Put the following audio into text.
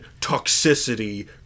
toxicity